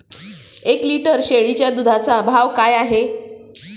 एक लिटर शेळीच्या दुधाचा भाव काय आहे?